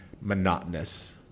monotonous